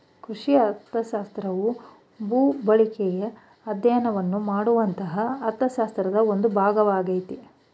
ಕೃಷಿ ಅರ್ಥಶಾಸ್ತ್ರವು ಭೂಬಳಕೆಯ ಅಧ್ಯಯನವನ್ನು ಮಾಡುವಂತಹ ಅರ್ಥಶಾಸ್ತ್ರದ ಒಂದು ಭಾಗವಾಗಯ್ತೆ